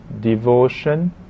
devotion